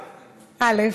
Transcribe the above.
אל"ף.